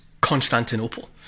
Constantinople